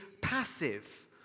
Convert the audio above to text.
passive